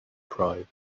pride